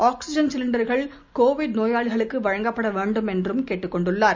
oxygen சிலிண்டர்கள் Covid நோயாளிகளுக்குவழங்கப்படவேண்டும் என்றும் கேட்டுக்கொண்டார்